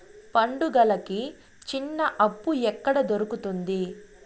పండుగలకి చిన్న అప్పు ఎక్కడ దొరుకుతుంది